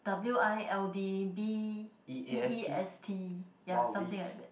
w_i_l_d_b_e_e_s_t ya something like that